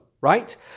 right